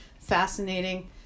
fascinating